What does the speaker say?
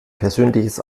persönliches